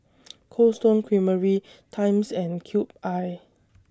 Cold Stone Creamery Times and Cube I